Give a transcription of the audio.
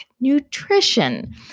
nutrition